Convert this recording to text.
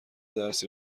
درسی